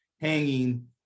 hanging